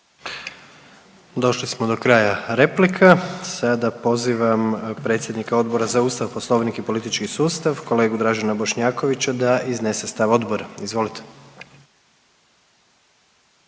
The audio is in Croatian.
Došli smo do kraja replika. Sada poziva predsjednika Odbora za Ustav, Poslovnik i politički sustav, kolegi Dražena Bošnjakovića da iznese stav Odbora, izvolite.